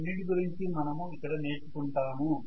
ఈ రెండింటి గురించి మనము ఇక్కడ నేర్చుకుంటాము